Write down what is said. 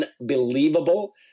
unbelievable